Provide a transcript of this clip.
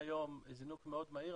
זינוק מאוד מהיר,